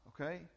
Okay